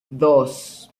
dos